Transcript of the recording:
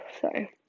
Sorry